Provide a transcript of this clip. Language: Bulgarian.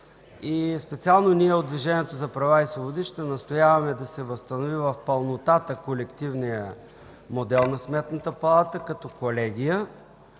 специално ние, от Движението за права и свободи, ще настояваме да се възстанови в пълнота колективният модел на Сметната палата като Колегия.